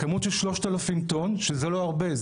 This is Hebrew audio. בכמות של 3000 טון שזה לא הרבה,